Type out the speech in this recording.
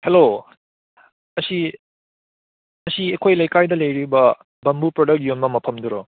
hello ꯑꯁꯤ ꯑꯁꯤ ꯑꯩꯈꯣꯏ ꯂꯩꯀꯥꯏꯗ ꯂꯩꯔꯤꯕ ꯕꯦꯝꯕꯨ ꯄ꯭ꯔꯗꯛ ꯌꯣꯟꯕ ꯃꯐꯝꯗꯨꯔꯣ